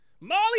Molly